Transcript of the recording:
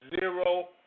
zero